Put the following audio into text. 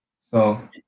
So-